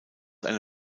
eine